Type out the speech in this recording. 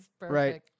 Right